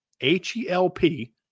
H-E-L-P